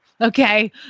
okay